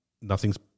Nothing's